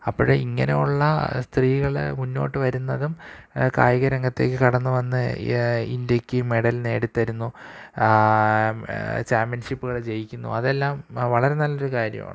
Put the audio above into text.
അപ്പോള് ഇങ്ങനെയുള്ള സ്ത്രീകള് മുന്നോട്ട് വരുന്നതും കായികരംഗത്തേക്ക് കടന്നുവന്ന് ഇന്ത്യക്ക് മെഡല് നേടിത്തരുന്നു ചാമ്പ്യന്ഷിപ്പുകള് ജയിക്കുന്നു അതെല്ലാം വളരെ നല്ലൊരു കാര്യമാണ്